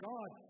God